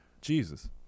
Jesus